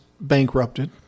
bankrupted